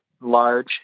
large